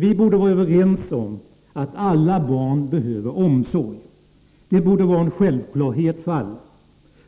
Vi borde vara överens om att alla barn behöver omsorg; det borde vara en självklarhet för alla.